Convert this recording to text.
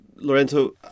Lorenzo